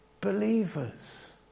believers